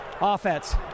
Offense